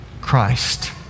Christ